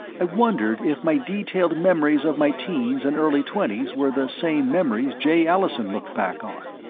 i wondered if my detailed memories of my teens and early twenties were the same memories jay allison looked back on.